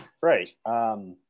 Right